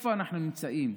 איפה אנחנו נמצאים?